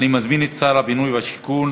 אני מזמין את שר הבינוי והשיכון